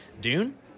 Dune